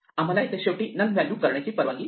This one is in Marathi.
आम्हाला येथे शेवटी नन व्हॅल्यू करण्याची परवानगी नाही